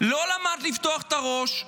לא למד לפתוח את הראש,